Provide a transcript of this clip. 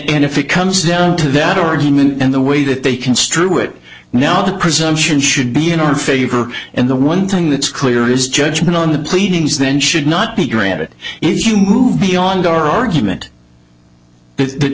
and if it comes down to that argument and the way that they construe it now the presumption should be in our favor and the one thing that's clear is judgment on the pleadings then should not be granted if you move beyond our argument that